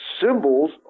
symbols